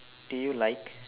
do you like